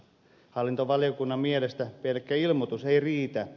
hallintovaliokunnan mielestä pelkkä ilmoitus ei riitä